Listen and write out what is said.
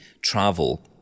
travel